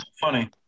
funny